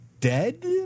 dead